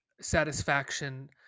satisfaction